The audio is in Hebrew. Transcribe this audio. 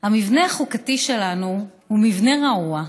"המבנה החוקתי שלנו הוא מבנה רעוע,